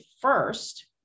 first